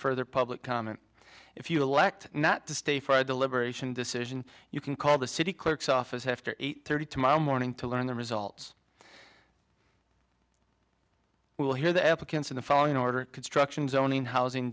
further public comment if you elect not to stay for a deliberation decision you can call the city clerk's office after eight thirty tomorrow morning to learn the results will hear the applicants in the following order construction zoning housing